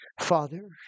Father